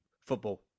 football